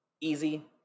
easy